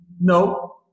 no